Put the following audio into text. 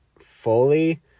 fully